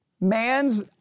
Man's